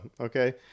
okay